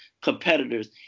competitors